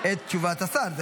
את תשובת השר.